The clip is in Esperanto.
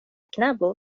knabo